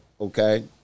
Okay